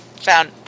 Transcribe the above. found